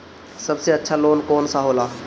सबसे अच्छा लोन कौन सा होला?